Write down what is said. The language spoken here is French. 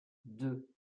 deux